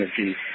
energy